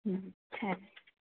thanks